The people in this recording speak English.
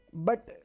but,